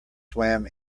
swam